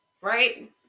Right